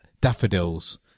daffodils